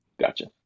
Gotcha